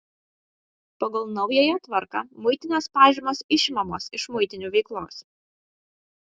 pagal naująją tvarką muitinės pažymos išimamos iš muitinių veiklos